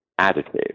additive